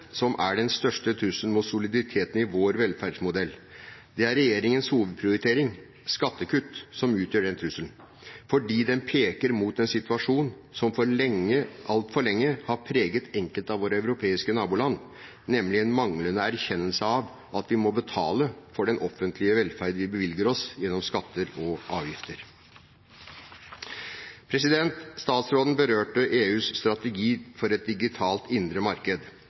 som er den største trusselen mot soliditeten i vår velferdsmodell. Det er regjeringens hovedprioritering – skattekutt – som utgjør den trusselen, fordi den peker mot en situasjon som altfor lenge har preget enkelte av våre europeiske naboland, nemlig en manglende erkjennelse av at vi må betale for den offentlige velferden vi bevilger oss, gjennom skatter og avgifter. Statsråden berørte EUs strategi for et digitalt indre marked.